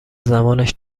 زمانش